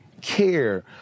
care